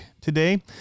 today